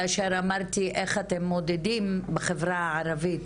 כאשר אמרתי איך אתם מודדים בחברה הערבית,